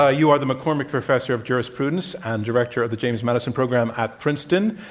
ah you are the mccormick professor of jurisprudence and director of the james madison program at princeton.